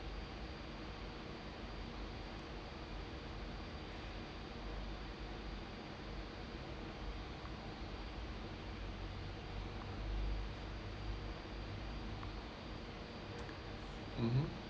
mmhmm